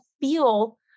feel